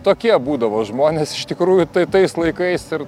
tokie būdavo žmonės iš tikrųjų tai tais laikais ir